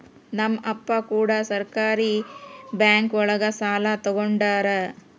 ನಮ್ ಅಪ್ಪ ಕೂಡ ಸಹಕಾರಿ ಬ್ಯಾಂಕ್ ಒಳಗ ಸಾಲ ತಗೊಂಡಾರ